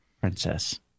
princess